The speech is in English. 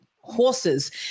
horses